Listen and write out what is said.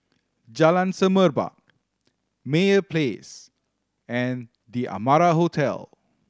Jalan Semerbak Meyer Place and The Amara Hotel